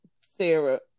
Sarah